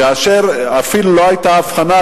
כאשר אפילו לא היתה הבחנה,